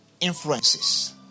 influences